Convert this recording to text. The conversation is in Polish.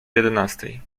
jedenastej